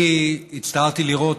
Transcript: אני הצטערתי לראות,